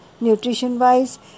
nutrition-wise